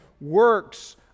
works